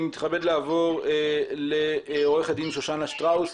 אני מתכבד לעבור לעורכת הדין שושנה שטראוס,